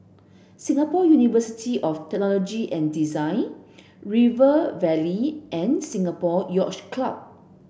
Singapore University of Technology and Design River Valley and Singapore Yacht Club